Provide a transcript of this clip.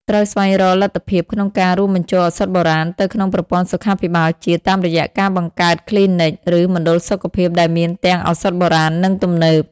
ត្រូវស្វែងរកលទ្ធភាពក្នុងការរួមបញ្ចូលឱសថបុរាណទៅក្នុងប្រព័ន្ធសុខាភិបាលជាតិ តាមរយៈការបង្កើតគ្លីនិក ឬមណ្ឌលសុខភាពដែលមានទាំងឱសថបុរាណ និងទំនើប។